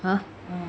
!huh!